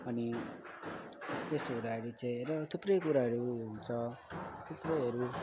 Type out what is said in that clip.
अनि त्यस्तो हुँदाखेरि चाहिँ होइन थुप्रै कुराहरू उयो हुन्छ थुप्रैहरू